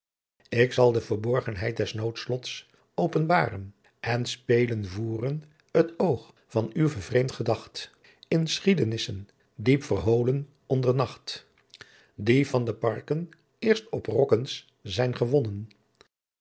k zal de verborgentheidt des noodlots openbaren en spelen voeren t oogh van uw vervreemd gedacht in schiedenissen diep verholen onder nacht die van de parken eerst op rokkens zijn gewonnen